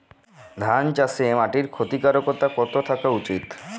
ধান চাষে মাটির ক্ষারকতা কত থাকা উচিৎ?